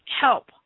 help